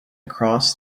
cross